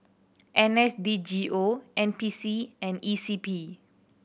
N S D G O N P C and E C P